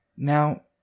Now